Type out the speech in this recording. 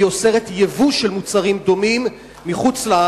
שאוסרת ייבוא של מוצרים דומים מחוץ-לארץ,